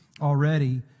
already